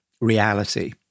reality